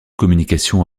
communication